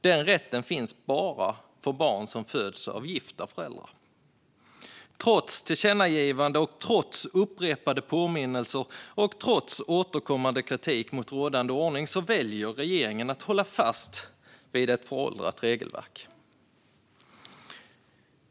Den rätten finns bara för barn som föds av gifta föräldrar. Trots tillkännagivande, upprepade påminnelser och återkommande kritik mot rådande ordning väljer regeringen att hålla fast vid ett föråldrat regelverk.